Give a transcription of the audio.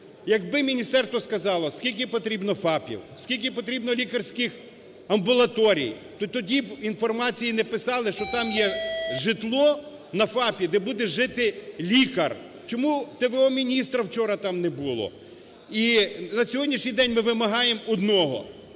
Якби міністерство сказало, скільки потрібно ФАПів, скільки потрібно лікарських амбулаторій, то тоді б інформації не писали, що там є житло, на ФАПі, де буде жити лікар. Чому т.в.о. міністра вчора там не було? І на сьогоднішній день ми вимагаємо одного.